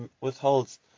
withholds